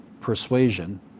persuasion